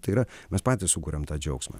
tai yra mes patys sukuriam tą džiaugsmą